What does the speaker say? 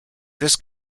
this